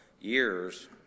years